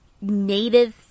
native